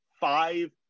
Five